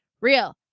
real